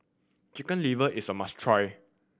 Chicken Liver is a must try